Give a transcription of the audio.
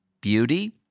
beauty